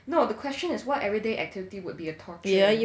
no the question is what everyday activity would be a torture